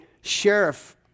sheriff